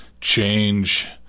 change